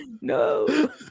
no